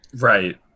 right